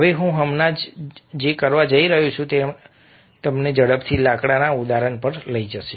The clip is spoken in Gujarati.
હવે હું હમણાં જે કરવા જઈ રહ્યો છું તે તમને ઝડપથી લાકડાના ઉદાહરણ પર લઈ જશે